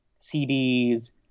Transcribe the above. CDs